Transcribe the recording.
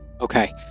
Okay